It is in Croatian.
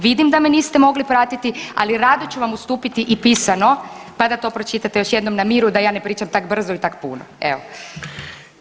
Vidim da me niste mogli pratiti, ali rado ću vam ustupiti i pisano pa da to pročitate još jednom na miru da ja ne pričam tak brzo ili tak puno.